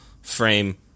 frame